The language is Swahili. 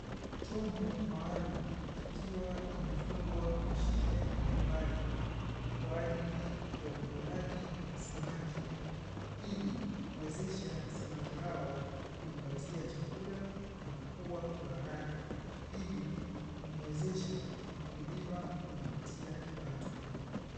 Chombo maalumu kikiwa kimefungwa mashine mbalimbali kwa ajili ya uvunaji wa samaki, ili kuwezesha samaki hao kujipatia chakula na kukua kwa haraka. Ili kumuwezesha mkulima kujipatia kipato.